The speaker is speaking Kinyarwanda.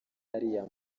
ariya